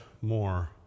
more